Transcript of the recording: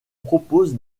propose